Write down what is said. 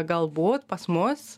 galbūt pas mus